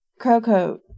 Crowcoat